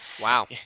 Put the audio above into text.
Wow